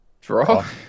Draw